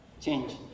Change